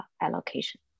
allocation